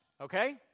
okay